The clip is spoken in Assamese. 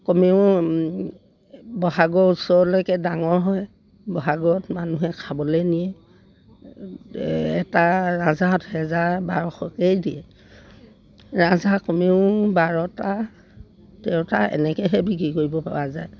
কমেও বহাগৰ ওচৰৰলৈকে ডাঙৰ হয় বহাগৰত মানুহে খাবলৈ নিয়ে এটা ৰাজহাঁহত হেজাৰ বাৰশকৈয়ে দিয়ে ৰাজহাঁহ কমেও বাৰটা তেৰটা এনেকৈহে বিক্ৰী কৰিব পৰা যায়